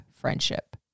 friendship